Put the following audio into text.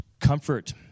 Comfort